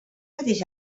mateix